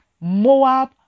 Moab